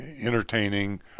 entertaining